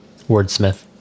wordsmith